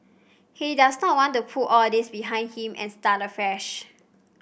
he does not want to put all this behind him and start afresh